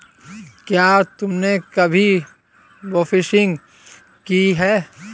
क्या तुमने कभी बोफिशिंग की है?